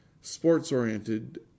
sports-oriented